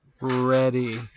Ready